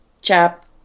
chap